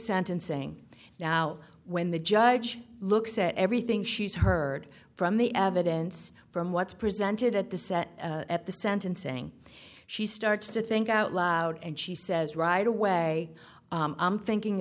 sentencing now when the judge looks at everything she's heard from the evidence from what's presented at the set at the sentencing she starts to think out loud and she says right away i'm thinking